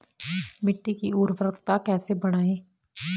मिट्टी की उर्वरकता कैसे बढ़ायें?